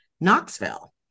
Knoxville